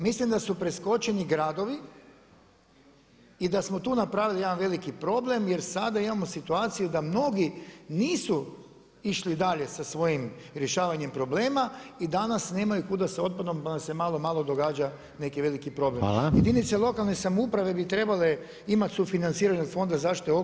Mislim da su preskočeni gradovi i da smo tu napravili jedan veliki problem jer sada imamo situaciju da mnogi nisu išli dalje sa svojim rješavanjem problema i danas nemaju kuda sa otpadom, pa nam se malo, malo događa neki veliki problem [[Upadica Reiner: Hvala.]] Jedinice lokalne samouprave bi trebale imati sufinanciranje od Fonda za zaštitu okoliša.